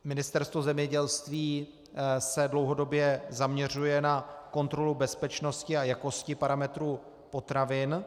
Ministerstvo zemědělství se dlouhodobě zaměřuje na kontrolu bezpečnosti a jakosti parametrů potravin.